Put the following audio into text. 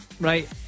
right